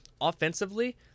Offensively